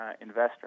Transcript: investor